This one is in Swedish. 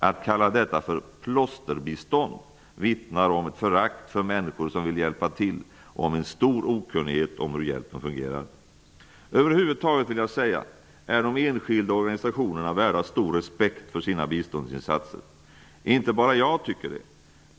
Att kalla detta för klosterbistånd vittnar om förakt för människor som vill hjälpa till och om stor okunnighet om hur hjälpen fungerar. De enskilda organisationerna är värda stor respekt för sina biståndsinsatser. Det är inte bara jag som tycker det.